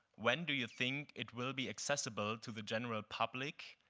when do you think it will be accessible to the general public?